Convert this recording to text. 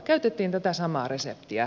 käytettiin tätä samaa reseptiä